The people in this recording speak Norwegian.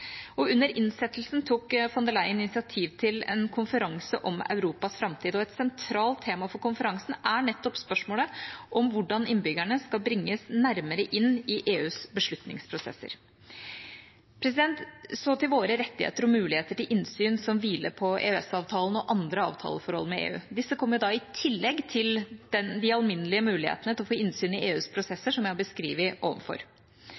Under innsettelsen tok von der Leyen initiativ til en konferanse om Europas framtid, og et sentralt tema for konferansen er nettopp spørsmålet om hvordan innbyggerne skal bringes nærmere EUs beslutningsprosesser. Så til våre rettigheter og muligheter til innsyn som hviler på EØS-avtalen og andre avtaleforhold med EU. Disse kommer i tillegg til de alminnelige mulighetene til å få innsyn i EUs